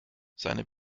seine